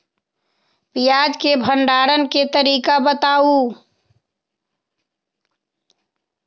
प्याज के भंडारण के तरीका बताऊ?